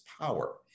power